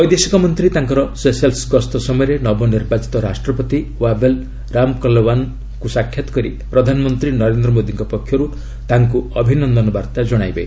ବୈଦେଶିକ ମନ୍ତ୍ରୀ ତାଙ୍କର ସେସେଲ୍ସ ଗସ୍ତ ସମୟରେ ନବନିର୍ବାଚିତ ରାଷ୍ଟ୍ରପତି ଓ୍ୱାବେଲ୍ ରାମକଲାଓ୍ୱାନଙ୍କୁ ସାକ୍ଷାତ୍ କରି ପ୍ରଧାନମନ୍ତ୍ରୀ ନରେନ୍ଦ୍ର ମୋଦିଙ୍କ ପକ୍ଷରୁ ତାଙ୍କୁ ଅଭିନନ୍ଦନ ବାର୍ତ୍ତା ଜଣାଇବେ